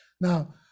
now